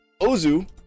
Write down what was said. Ozu